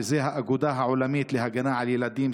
האגודה העולמית להגנה על ילדים,